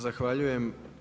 Zahvaljujem.